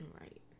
right